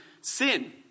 Sin